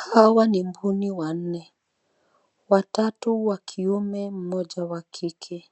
Hawa ni mbuni wanne, watatu wa kiume na mmoja wa kike.